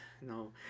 No